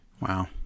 Wow